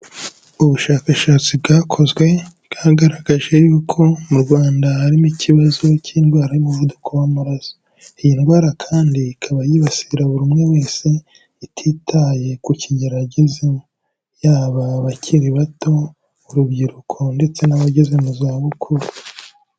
Ubushakashatsi bwakozwe bwagaragaje yuko mu Rwanda harimo ikibazo cy'indwara y'umuvuduko w'amaraso, iyi ndwara kandi ikaba yibasira buri umwe wese ititaye ku kigero agezemo, yaba abakiri bato, urubyiruko ndetse n'abageze mu zabukuru.